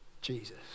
Jesus